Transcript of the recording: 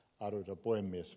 arvoisa puhemies